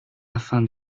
afin